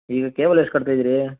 ಈಗ ಕೇಬಲ್ ಎಷ್ಟು ಕಟ್ತಾ ಇದ್ದೀರಿ